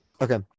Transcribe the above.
Okay